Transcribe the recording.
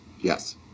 yes